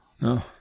No